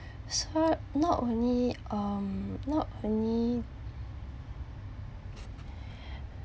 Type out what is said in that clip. so not only um not only